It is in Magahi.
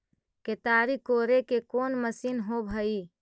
केताड़ी कोड़े के कोन मशीन होब हइ?